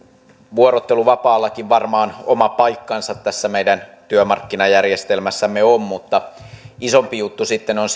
vuorotteluvapaallakin varmaan oma paikkansa tässä meidän työmarkkinajärjestelmässämme on mutta isompi juttu sitten on